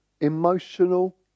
emotional